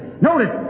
Notice